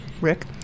Rick